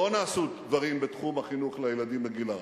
לא נעשו דברים בתחום החינוך לילדים בגיל הרך,